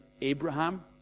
Abraham